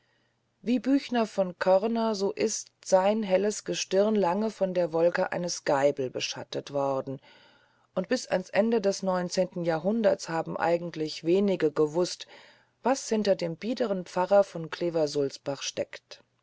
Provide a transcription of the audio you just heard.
wie büchner von körner so ist sein helles gestirn von der wolke eines geibel beschattet worden und bis ans ende des neunzehnten jahrhunderts haben wenige gewußt was hinter dem biederen pfarrer von kleversulzbach steckt